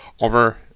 over